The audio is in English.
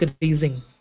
increasing